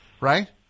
Right